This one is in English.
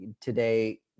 today